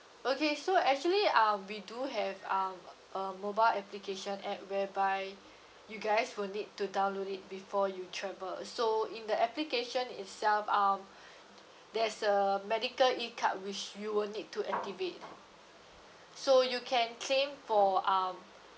okay so actually um we do have um a mobile application app whereby you guys will need to download it before you travel so in the application itself um there's a medical E card which you will need to activate so you can claim for um